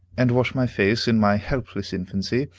and wash my face, in my helpless infancy,